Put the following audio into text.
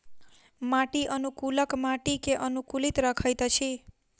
माटि अनुकूलक माटि के अनुकूलित रखैत अछि